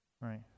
Right